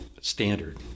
standard